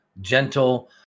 gentle